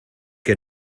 que